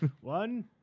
One